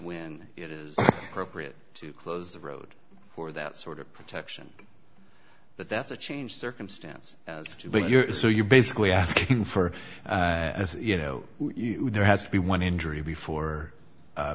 when it is appropriate to close the road for that sort of protection but that's a changed circumstances but you're so you're basically asking for as you know there has to be one injury before